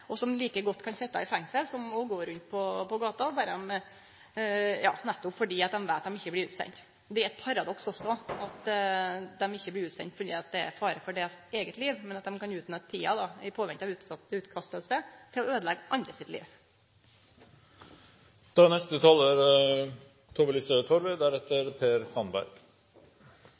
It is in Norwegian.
og som like godt kan sitje i fengsel som å gå rundt på gata – nettopp fordi dei veit at dei ikkje blir sende ut. Det er også eit paradoks at dei ikkje blir sende ut fordi det er fare for deira eige liv, men at dei kan utnytte tida i påvente av utkasting med å øydeleggje andre sitt liv. Mange har vært inne på at voldtekt er en grusom handling, og at det